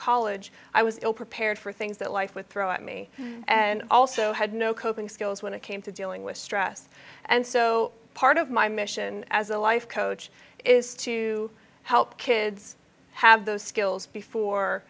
college i was ill prepared for things that life with throw at me and also had no coping skills when it came to dealing with stress and so part of my mission as a life coach is to help kids have those skills before